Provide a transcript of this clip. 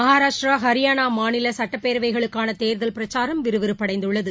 மகராஷ்டிரா ஹரியானா மாநில சட்டப்பேரவைகளுக்கான தேர்தல் பிரச்சாரம் விறுவிறுப்படைந்துள்ளது